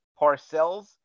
Parcells